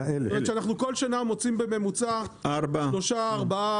זאת אומרת שכל שנה מוצאים בממוצע שלושה ארבעה